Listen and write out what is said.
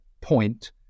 point